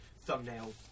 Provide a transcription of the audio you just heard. thumbnail